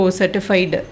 certified